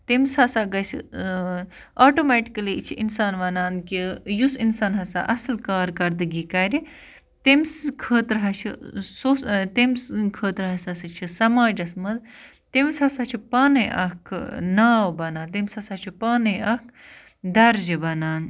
تٔمِس ہسا گَژھِ آٹوٗمیٚٹِکٕلی چھِ اِنسان وَنان کہِ یُس اِنسان ہسا اَصٕل کارکردگی کَرِ تٔمۍ سٕنٛدِ خٲطرٕ ہا چھُ سُہ اوس تٔمۍ سٔنٛد خٲطرٕ ہسا چھِ سماجَس منٛز تٔمِس ہسا چھِ پانَے اَکھ ناو بنان تٔمِس ہسا چھِ پانَے اَکھ درجہٕ بنان